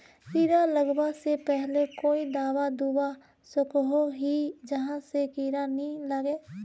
कीड़ा लगवा से पहले कोई दाबा दुबा सकोहो ही जहा से कीड़ा नी लागे?